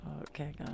Okay